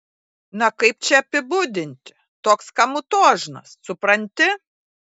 na kaip čia apibūdinti toks kamutožnas supranti